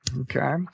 Okay